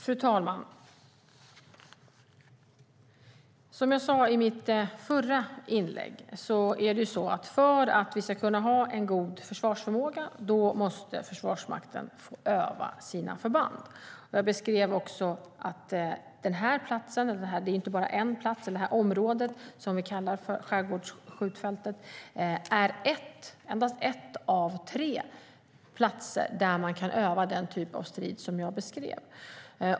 Fru talman! Som jag sade i mitt förra inlägg måste Försvarsmakten få öva sina förband för att vi ska kunna ha en god försvarsförmåga. Jag beskrev också att det här området, som kallas skärgårdsskjutfältet, är en av endast tre platser där man kan öva den typ av strid som jag beskrev.